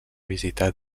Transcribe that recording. visitar